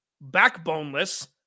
backboneless